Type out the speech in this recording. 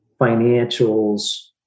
financials